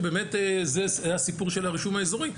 שבאמת זה הסיפור של הרישום האזורי,